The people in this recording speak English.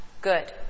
Good